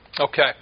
Okay